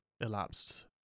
elapsed